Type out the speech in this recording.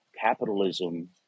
capitalism